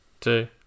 two